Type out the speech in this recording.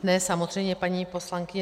Ne, samozřejmě, paní poslankyně.